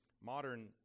Modern